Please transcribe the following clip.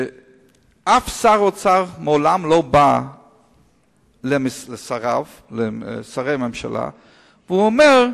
אף שר אוצר מעולם לא בא לשרי הממשלה ואומר: